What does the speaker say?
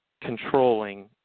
controlling